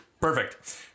Perfect